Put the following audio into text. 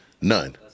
None